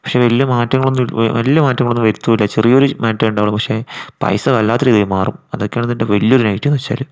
പക്ഷേ വലിയ മാറ്റങ്ങളൊന്നും വലിയ മാറ്റങ്ങളൊന്നും വരുത്തില്ല ചെറിയൊരു മാറ്റമേ ഉണ്ടാവുള്ളൂ പക്ഷേ പൈസ വല്ലാത്തൊരു രീതിയിൽ മാറും അതൊക്കെ ആണ് ഇതിൻ്റെ വലിയൊരു നെഗറ്റീവ് എന്നുവച്ചാൽ